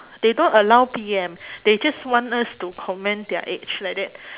they don't allow P_M they just want us to comment their age like that